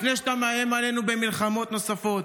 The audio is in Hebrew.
לפני שאתה מאיים עלינו במלחמות נוספות.